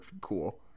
cool